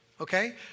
okay